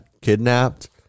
kidnapped